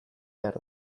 behar